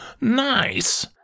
Nice